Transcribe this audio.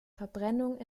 verbrennung